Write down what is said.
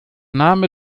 name